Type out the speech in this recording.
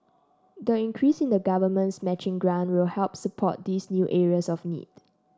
the increase in the government's matching grant will help support these new areas of need